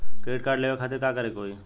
Credit card लेवे खातिर का करे के होई?